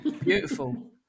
Beautiful